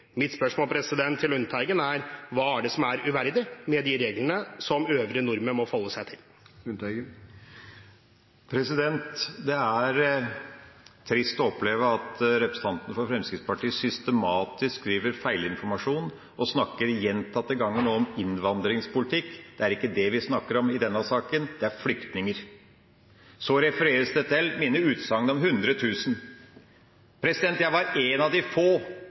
Mitt spørsmål til Lundteigen er: Hva er det som er uverdig med de reglene som øvrige nordmenn må forholde seg til? Det er trist å oppleve at representanten for Fremskrittspartiet systematisk driver feilinformasjon og gjentatte ganger snakker om innvandringspolitikk. Det er ikke det vi snakker om i denne saken, det er flyktninger. Så refereres det til mine utsagn om 100 000. Jeg var en av de få